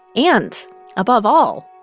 and above all,